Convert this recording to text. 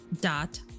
dot